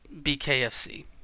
BKFC